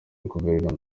guverinoma